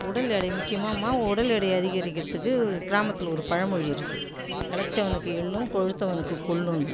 உடல் எடை முக்கியமாம்மா உடல் எடையை அதிகரிக்கிறத்துக்கு கிராமத்தில் ஒரு பழமொழி இருக்கு இளைச்சவனுக்கு எள்ளும் கொழுத்தவனுக்கு கொள்ளும்னு